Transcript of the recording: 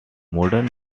modern